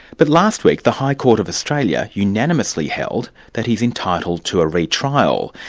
but last week the high court of australia unanimously held that he is entitled to a re-trial,